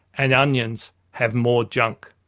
and onions have more junk.